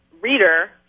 reader